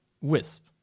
Wisp